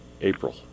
April